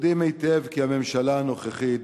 יודעים היטב כי הממשלה הנוכחית,